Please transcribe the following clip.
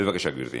בבקשה, גברתי.